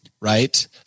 right